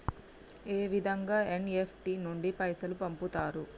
ఏ విధంగా ఎన్.ఇ.ఎఫ్.టి నుండి పైసలు పంపుతరు?